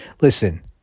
Listen